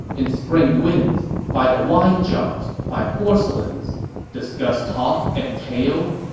in spring winds, by the wine jars, by porcelains discuss talk and tale,